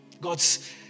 God's